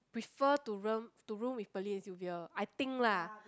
prefer to room to room with Pearlyn and Sylvia I think lah